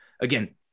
again